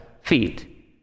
feet